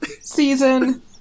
season